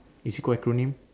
is it called acronym